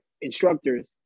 instructors